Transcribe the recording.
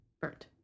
Burnt